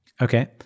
Okay